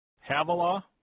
Havilah